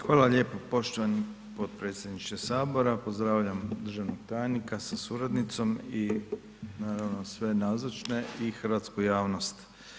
Hvala lijepo poštovani potpredsjedniče HS, pozdravljam državnog tajnika sa suradnicom i naravno sve nazočne i hrvatsku javnost.